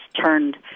turned